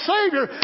Savior